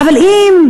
שנייה.